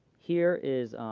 here is